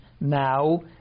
now